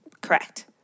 Correct